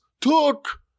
took